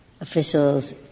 officials